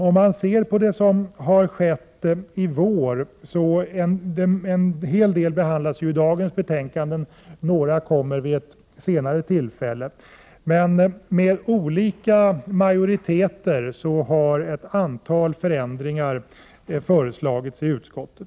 Om man ser på det som har skett i vår — en hel del behandlas ju i dagens betänkanden, men något kommer vid ett senare tillfälle — har med olika 25 majoriteter ett antal förändringar föreslagits i utskottet.